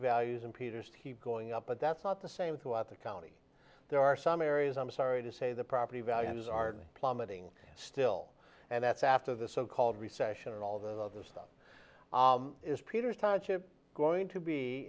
values and peters keep going up but that's not the same throughout the county there are some areas i'm sorry to say the property values are plummeting still and that's after the so called recession and all that other stuff is peter's hardship going to be